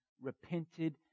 Repented